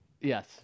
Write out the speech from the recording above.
yes